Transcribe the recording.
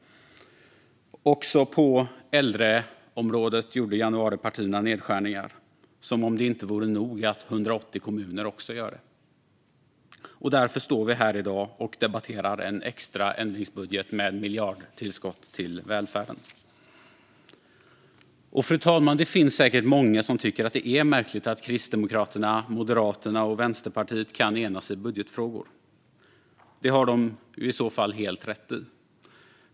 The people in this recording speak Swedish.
Också på äldreområdet gjorde januaripartierna nedskärningar, som om det inte vore nog att också 180 kommuner gör det. Därför står vi här i dag och debatterar en extra ändringsbudget med miljardtillskott till välfärden. Fru talman! Det finns säkert många som tycker att det är märkligt att Kristdemokraterna, Moderaterna och Vänsterpartiet kan enas i budgetfrågor. Det har de helt rätt i.